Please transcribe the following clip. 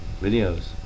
videos